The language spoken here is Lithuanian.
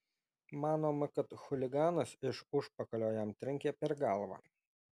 manoma kad chuliganas iš užpakalio jam trenkė per galvą